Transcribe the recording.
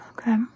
Okay